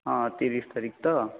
ହଁ ତିରିଶ ତାରିଖ ତ